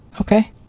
Okay